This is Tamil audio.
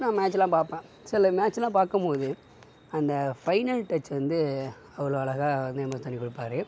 நான் மேட்ச்லாம் பார்ப்பேன் சில மேட்செலாம் பார்க்கும்போது அந்த ஃபைனல் டச் வந்து அவ்வளோ அழகாக வந்து எம் எஸ் தோனி வந்து கொடுப்பாரு